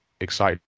excited